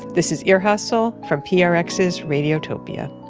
this is ear hustle from prx's radiotopia.